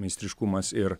meistriškumas ir